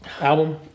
album